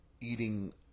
eating